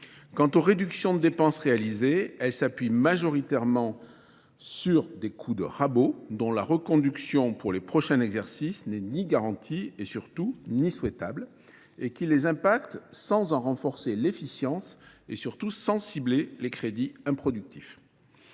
Quant aux réductions de dépenses réalisées, elles s'appuient majoritairement sur des coûts de rabots dont la reconduction pour les prochains exercices n'est ni garantie et surtout ni souhaitable, et qui les impactent sans en renforcer l'efficience et surtout sans cibler les crédits improductifs.